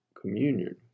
communion